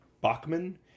Bachman